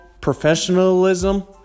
professionalism